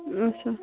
اچھا